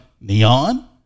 Neon